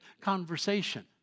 conversation